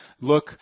look